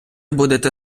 будете